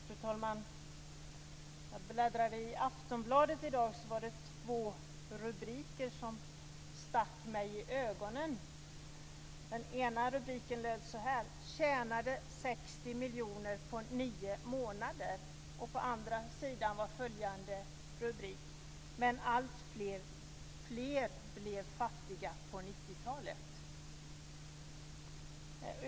Fru talman! När jag bläddrade i Aftonbladet i dag var det två rubriker som stack mig i ögonen. Den ena rubriken löd så här: "Tjänade 60 miljoner på nio månader". Den andra var: "- men allt fler blev fattiga på 90-talet".